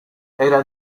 era